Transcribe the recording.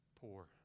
poor